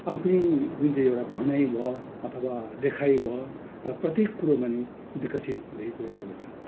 आफ्नै जुन चाहिँ एउटा भनाइ भयो अथवा लेखाइ भयो र प्रत्येक कुरोमा नै विसकित हुँदै गइरहेको छ